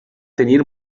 tenir